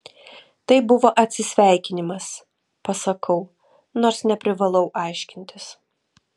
tai buvo atsisveikinimas pasakau nors neprivalau aiškintis